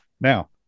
Now